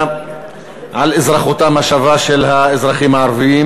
על אזרחותם השווה של האזרחים הערבים.